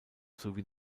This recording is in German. sowie